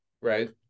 right